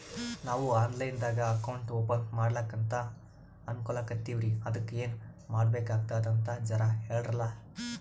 ನಾವು online ದಾಗ account open ಮಾಡ್ಲಕಂತ ಅನ್ಕೋಲತ್ತೀವ್ರಿ ಅದಕ್ಕ ಏನ ಮಾಡಬಕಾತದಂತ ಜರ ಹೇಳ್ರಲ?